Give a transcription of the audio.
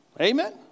Amen